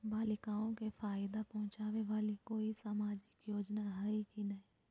बालिकाओं के फ़ायदा पहुँचाबे वाला कोई सामाजिक योजना हइ की नय?